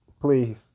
please